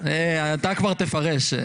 אתה כבר תפרש.